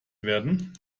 werden